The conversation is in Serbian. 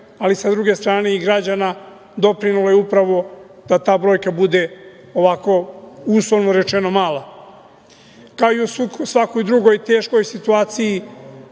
ali sa druge strane i građana doprinelo je upravo da ta brojka bude ovako, uslovno rečeno mala. Kao i u svakoj drugoj teškoj situaciji,